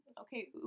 Okay